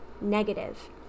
negative